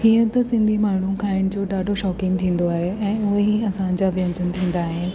हीअं त सिंधी माण्हू खाइण जो ॾाढो शौक़ीनि थींदो आहे ऐं ऊअं ई असांजा व्यंजन थींदा आहिनि